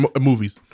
movies